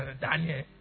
Daniel